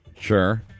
Sure